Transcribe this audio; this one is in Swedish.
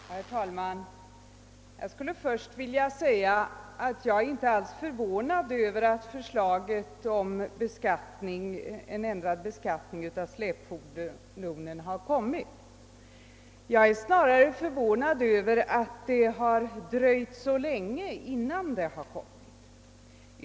Herr talman! Jag skulle först vilja säga att jag inte alls är förvånad över att förslaget om en ändrad beskattning av släpfordon har lagts fram. Jag är snarare förvånad över att det har dröjt så länge innan det har kommit.